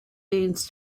beans